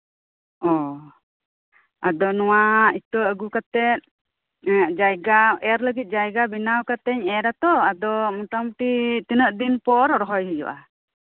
ᱳ ᱟᱫᱚ ᱱᱚᱣᱟ ᱤᱛᱟᱹ ᱟᱹᱜᱩ ᱠᱟᱛᱮᱜ ᱡᱟᱭ ᱜᱟ ᱮᱨᱞᱟᱹᱜᱤᱫ ᱡᱟᱭᱜᱟ ᱵᱮᱱᱟᱣ ᱠᱟᱛᱮᱫ ᱤᱧ ᱮᱨᱟᱛᱚ ᱟᱫᱚ ᱢᱚᱴᱟ ᱢᱚᱴᱤ ᱛᱤᱱᱟᱹᱜ ᱫᱤᱱ ᱯᱚᱨ ᱨᱚᱦᱚᱭ ᱦᱩᱭᱩᱜ ᱟ